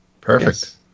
Perfect